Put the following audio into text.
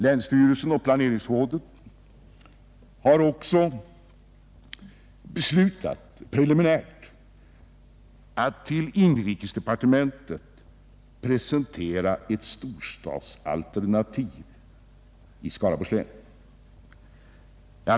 Länsstyrelsen och planeringsrådet har också preliminärt beslutat att hos inrikesdepartementet presentera ett storstadsalternativ i Skaraborgs län.